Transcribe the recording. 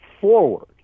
forward